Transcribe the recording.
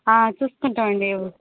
చూసుకుంటామండి